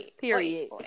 Period